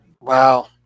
Wow